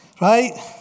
right